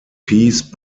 piece